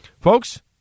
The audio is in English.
Folks